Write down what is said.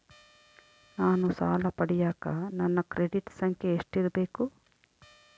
ನಾನು ಸಾಲ ಪಡಿಯಕ ನನ್ನ ಕ್ರೆಡಿಟ್ ಸಂಖ್ಯೆ ಎಷ್ಟಿರಬೇಕು?